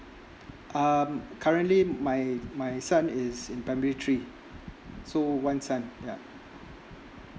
um currently my my son is in primary three so one son yeah